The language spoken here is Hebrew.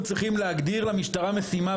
קרן, תוכלי לתת לנו סטטוס איפה זה עומד?